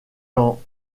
dans